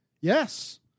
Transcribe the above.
Yes